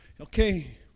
okay